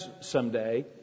someday